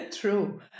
True